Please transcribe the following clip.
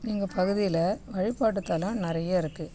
எங்கள் பகுதியில் வழிபாட்டுத்தலம் நிறைய இருக்குது